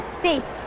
Faith